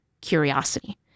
curiosity